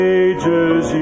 ages